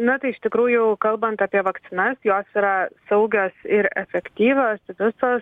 na tai iš tikrųjų kalbant apie vakcinas jos yra saugios ir efektyvios visos